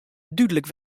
dúdlik